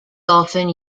often